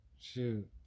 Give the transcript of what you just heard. Shoot